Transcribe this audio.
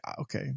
Okay